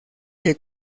que